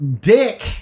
dick